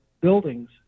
buildings